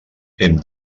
hem